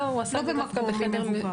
לא במקום עם מבוגר.